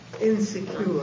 insecure